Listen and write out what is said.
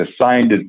assigned